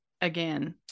again